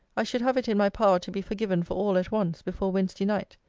i should have it in my power to be forgiven for all at once, before wednesday night.